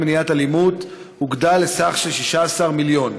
מניעת אלימות הוגדל לסכום של 16 מיליון